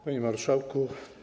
Panie Marszałku!